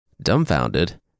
Dumbfounded